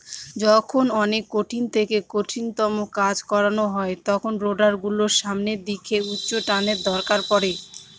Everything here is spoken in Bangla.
যখন অনেক কঠিন থেকে কঠিনতম কাজ করানো হয় তখন রোডার গুলোর সামনের দিকে উচ্চটানের দরকার পড়ে